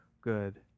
good